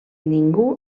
ningú